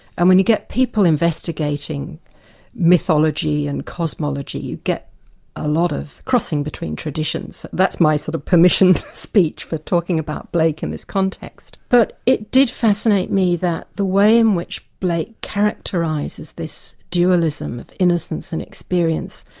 and when you get people investigating mythology and cosmology, you get a lot of crossing between traditions. that's my sort of permission to speech for talking about blake in this context. but it did fascinate me that the way in which blake characterises this dualism, innocence and experience,